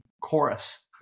chorus